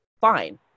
fine